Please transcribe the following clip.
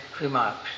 remarks